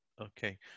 Okay